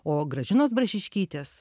o gražinos brašiškytės